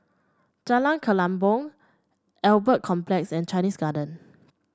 Jalan Kelempong Albert Complex and Chinese Garden